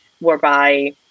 whereby